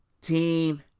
team